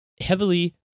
heavily